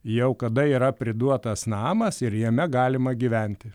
jau kada yra priduotas namas ir jame galima gyventi